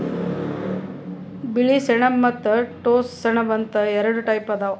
ಬಿಳಿ ಸೆಣಬ ಮತ್ತ್ ಟೋಸ್ಸ ಸೆಣಬ ಅಂತ್ ಎರಡ ಟೈಪ್ ಅದಾವ್